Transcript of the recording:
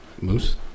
moose